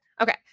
Okay